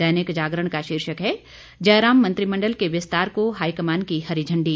दैनिक जागरण का शीर्षक है जयराम मंत्रिमंडल के विस्तार को हाईकमान की हरी झंडी